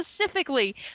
specifically